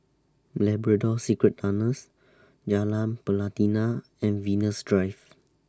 Labrador Secret Tunnels Jalan Pelatina and Venus Drive